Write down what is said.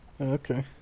Okay